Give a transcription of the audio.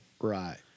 Right